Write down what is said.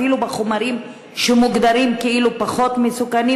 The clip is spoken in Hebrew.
אפילו בחומרים שמוגדרים כאילו פחות מסוכנים,